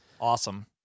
Awesome